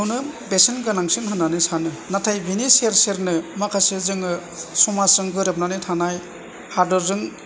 खौनो बेसेन गोनांसिन होननानै सानो नाथाय बिनि सेर सेरनो माखासे जोङो समाजजों गोरोबनानै थानाय हादरजों